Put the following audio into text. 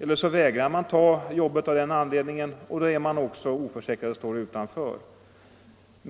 eller man vägrar att ta det av den anledningen och också då står utanför.